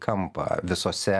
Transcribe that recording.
kampą visose